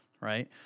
Right